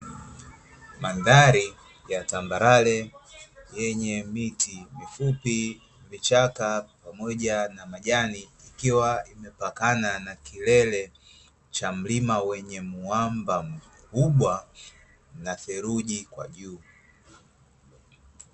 Madhari ya tambarare yenye miti mifupi, vichaka pamoja na majani vikiwa vimepakana na mlima wenye mwamba mkubwa na theluji kwa juu.